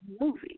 movie